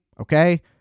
okay